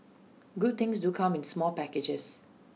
good things do come in small packages